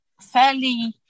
fairly